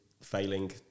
failing